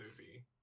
movie